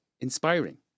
inspiring